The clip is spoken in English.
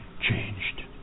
changed